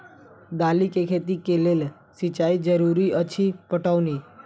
दालि केँ खेती केँ लेल सिंचाई जरूरी अछि पटौनी?